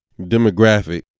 demographic